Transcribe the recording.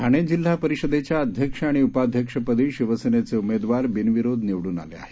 ठाणे जिल्हा परिषदेच्या अध्यक्ष आणि उपाध्यक्षपदी शिवसेनेचे उमेदवार बिनविरोध निवडून आले आहेत